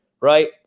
Right